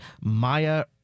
Maya